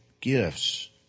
gifts